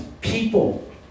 people